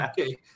Okay